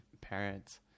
parents